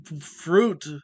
fruit